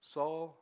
Saul